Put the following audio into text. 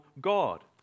God